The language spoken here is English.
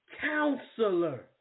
Counselor